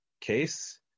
case